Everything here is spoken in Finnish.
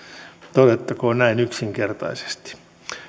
todettakoon näin yksinkertaisesti